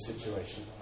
situation